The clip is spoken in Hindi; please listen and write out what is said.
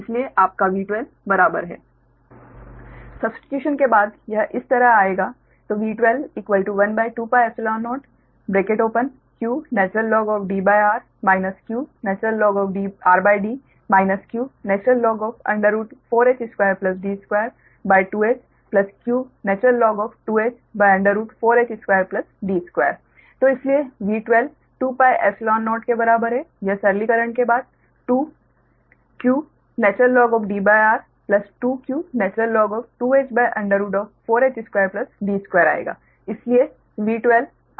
इसलिए आपका V12 बराबर है सब्स्टिट्युशन के बाद यह इस तरह आएगा V1212πϵ0qdr qrd q4h2D22h q2h4h2D2 तो इसलिए V12 2πϵ0 के बराबर है यह सरलीकरण के बाद 2qdr 2q2h4h2D2 आएगा इसलिए V12 आपके qπϵ02Dhr4h2D2 के बराबर है